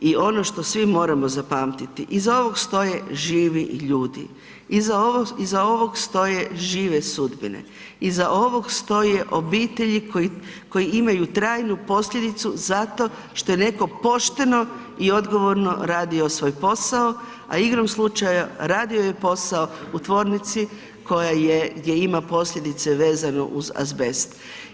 I ono što svi moramo zapamtiti iza ovog stoje živi ljudi, iza ovog stoje žive sudbine, iza ovog stoje obitelji koje imaju trajnu posljedicu zato što je netko pošteno i odgovorno radio svoj posao, a igrom slučaja radio je posao u tvornici koja je, gdje ima posljedice vezano uz azbest.